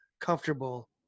comfortable